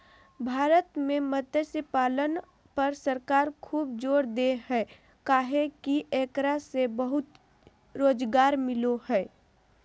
भारत में मत्स्य पालन पर सरकार खूब जोर दे हई काहे कि एकरा से बहुत रोज़गार मिलो हई